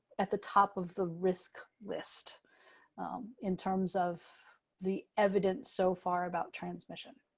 at the top of the risk list in terms of the evidence so far about transmission.